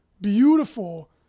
beautiful